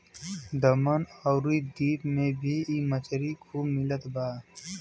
दमन अउरी दीव में भी इ मछरी खूब मिलत बा